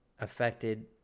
affected